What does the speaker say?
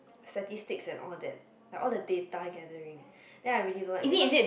statistic and all that all the data gathering then I really don't like because